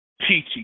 peachy